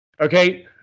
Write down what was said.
Okay